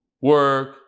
work